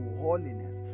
holiness